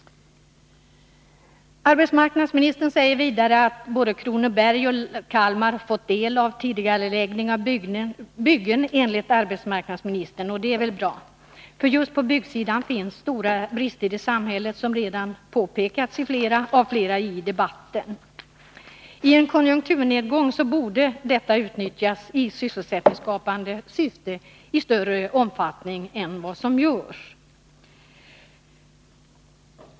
Arbetsmarknadsministern säger vidare att både Kronobergs län och Kalmar län har fått del av den tidigareläggning av byggen som har skett, och det är väl bra. Just på byggsidan finns nämligen stora brister i samhället, vilket i debatten redan har påpekats av flera talare. I en konjunkturnedgång borde tidigareläggning av byggen utnyttjas i sysselsättningsskapande syfte i större omfattning än vad som görs.